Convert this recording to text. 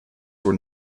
were